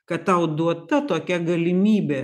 kad tau duota tokia galimybė